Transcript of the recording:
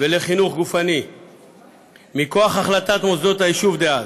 ולחינוך גופני מכוח החלטת מוסדות היישוב דאז.